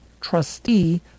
trustee